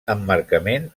emmarcament